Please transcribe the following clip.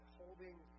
holding